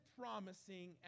promising